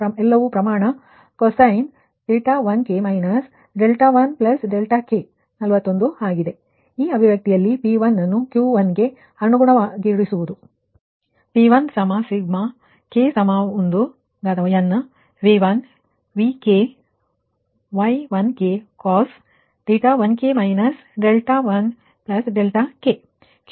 ಆದ್ದರಿಂದ P1 K'ಗೆ ಸಮನಾಗಿರುತ್ತದೆ K 1 ರಿಂದ n ಗೆ ಸಮಾನವಾಗಿರುತ್ತದೆ ಮತ್ತು ನಂತರ V1 Vk Y Y1k ಎಲ್ಲವೂ ಪ್ರಮಾಣ ಆಗಿದೆ